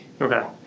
Okay